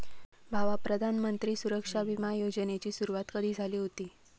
भावा, प्रधानमंत्री सुरक्षा बिमा योजनेची सुरुवात कधी झाली हुती